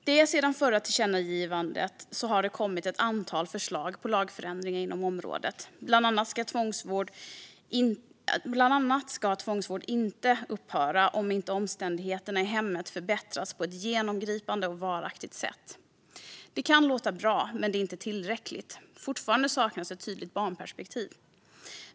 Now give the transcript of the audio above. Sedan det förra tillkännagivandet har det kommit ett antal förslag på lagändringar inom området, bland annat att tvångsvård inte ska upphöra om inte omständigheterna i hemmet förbättrats på ett genomgripande och varaktigt sätt. Det kan låta bra, men det är inte tillräckligt. Fortfarande saknas ett tydligt barnperspektiv.